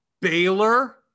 baylor